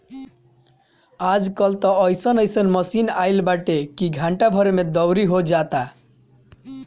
आज कल त अइसन अइसन मशीन आगईल बाटे की घंटा भर में दवरी हो जाता